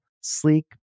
sleek